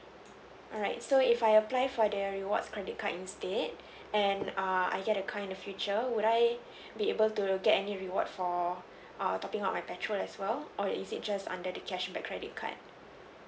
alright so if I apply for the rewards credit card instead and err I get the kind of feature would I be able to get any reward for err topping up my petrol as well or is it just under the cashback credit card